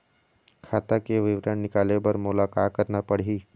खाता के विवरण निकाले बर मोला का करना पड़ही?